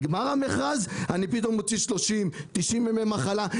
כאשר נגמר המכרז אני פתאום מוציא 30 או 90 ימי מחלה,